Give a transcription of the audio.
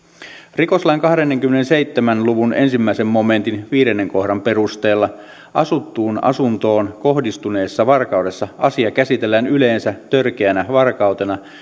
rikoslain kahdennenkymmenennenseitsemännen pykälän ensimmäisen momentin viidennen kohdan perusteella asuttuun asuntoon kohdistuneessa varkaudessa asia käsitellään yleensä törkeänä varkautena